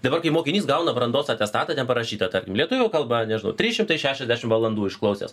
dabar kai mokinys gauna brandos atestatą ten parašyta tarkim lietuvių kalba nežinau trys šimtai šešiasdešim valandų išklausęs